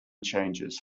changes